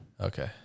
Okay